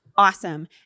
Awesome